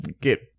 get